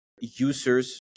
users